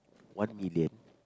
one million